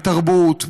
מתרבות,